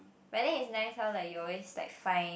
but then it's nice how like you always like find